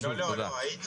הייתי,